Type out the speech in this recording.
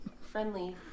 friendly